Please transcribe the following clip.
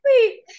wait